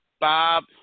Bob